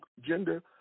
gender